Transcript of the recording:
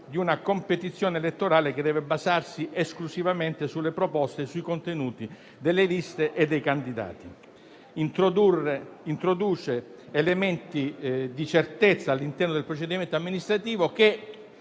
di una competizione elettorale che deve basarsi esclusivamente sulle proposte e sui contenuti delle liste e dei candidati. Il provvedimento introduce elementi di certezza all'interno del procedimento amministrativo che,